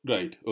Right